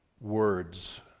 words